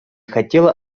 хотела